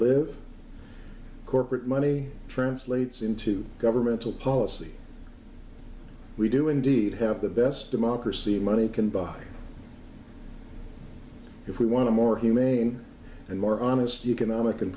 live corporate money translates into governmental policy we do indeed have the best democracy money can buy if we want to more humane and more honest economic and